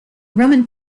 roman